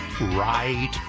right